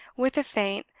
with a faint,